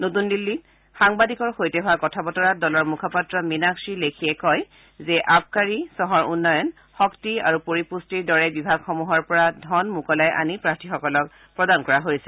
নতূন দিল্লীত সাংবাদিকৰ সৈতে হোৱা কথা বতৰাত দলৰ মুখপাত্ৰ মীনাক্ষী লেখিয়ে কয় যে আবকাৰী চহৰ উন্নয়ন শক্তি আৰু পৰিপুষ্টিৰ দৰে বিভাগসমূহৰ পৰা ধন মোকলাই আনি প্ৰাৰ্থিসকলক প্ৰদান কৰা হৈছে